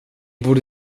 borde